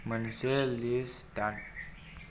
मोनसे लिस्त दान